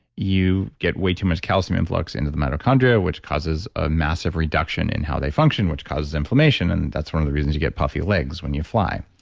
you get way too much calcium influx into the mitochondria which cause a ah massive reduction in how they function, which cause inflammation. and that's one of the reasons you get puffy legs when you fly.